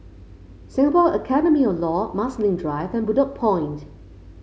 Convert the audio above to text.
Singapore Academy of Law Marsiling Drive and Bedok Point